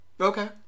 Okay